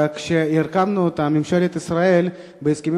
כאשר הרכבנו את ממשלת ישראל נכתב בהסכמים